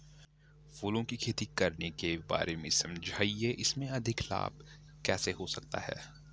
फूलों की खेती करने के बारे में समझाइये इसमें अधिक लाभ कैसे हो सकता है?